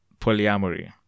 polyamory